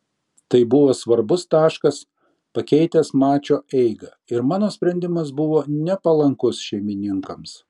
tai buvo svarbus taškas pakeitęs mačo eigą ir mano sprendimas buvo nepalankus šeimininkams